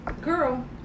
Girl